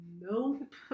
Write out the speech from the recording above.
Nope